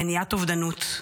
מניעת אובדנות.